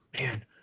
Man